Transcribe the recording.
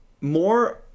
more